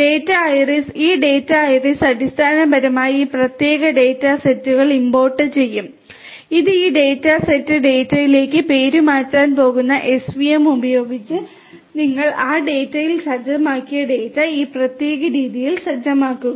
data iris ഈ data iris അടിസ്ഥാനപരമായി ഈ പ്രത്യേക ഡാറ്റ സെറ്റ് ഇമ്പോർട്ടുചെയ്യും ഇത് ഈ ഡാറ്റ സെറ്റ് ഡാറ്റ സെറ്റിലേക്ക് പേരുമാറ്റാൻ പോകുന്നു svm ഉപയോഗിച്ച് നിങ്ങൾ ആ ഡാറ്റയിൽ സജ്ജമാക്കിയ ഡാറ്റ ഈ പ്രത്യേക രീതിയിൽ സജ്ജമാക്കുക